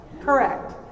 Correct